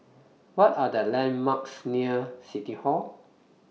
What Are The landmarks near City Hall